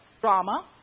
drama